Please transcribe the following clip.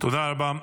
תודה רבה.